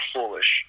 Foolish